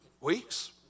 weeks